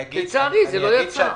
לצערי, זה לא קרה.